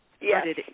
Yes